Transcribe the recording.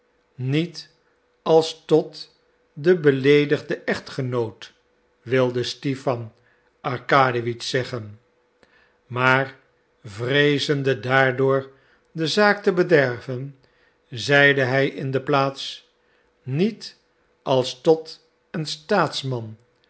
niet als tot den beleedigden echtgenoot wilde stipan arkadiewitsch zeggen maar vreezende daardoor de zaak te bederven zeide hij in de plaats niet als tot een staatsman